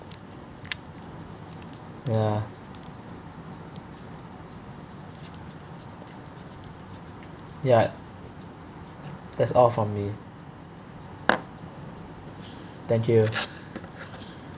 ya ya that's all for me thank you